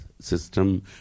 system